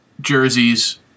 jerseys